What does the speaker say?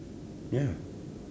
ya